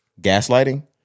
Gaslighting